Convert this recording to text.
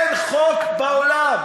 אין חוק בעולם,